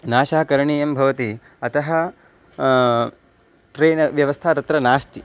नाशः करणीयः भवति अतः ट्रेन् व्यवस्था तत्र नास्ति